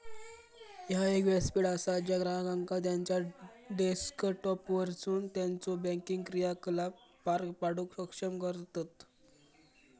ह्या एक व्यासपीठ असा ज्या ग्राहकांका त्यांचा डेस्कटॉपवरसून त्यांचो बँकिंग क्रियाकलाप पार पाडूक सक्षम करतत